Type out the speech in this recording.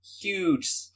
huge